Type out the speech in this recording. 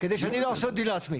כדי שאני לא אעשה דין לעצמי.